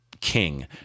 king